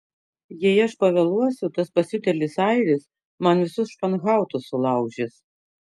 jei aš pavėluosiu tas pasiutėlis airis man visus španhautus sulaužys